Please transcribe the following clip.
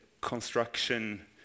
construction